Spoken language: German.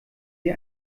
sie